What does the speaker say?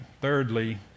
Thirdly